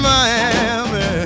Miami